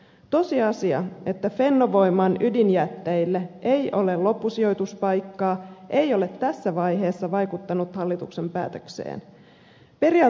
tosiasia että fennovoiman ydinjätteille ei ole loppusijoituspaikkaa ei ole tässä vaiheessa vaikuttanut hallituksen päätökseen